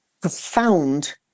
profound